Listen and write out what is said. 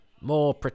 more